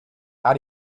how